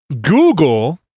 Google